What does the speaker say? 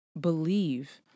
believe